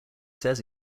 says